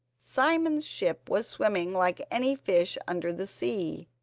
simon's ship was swimming like any fish under the sea,